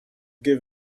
give